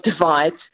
divides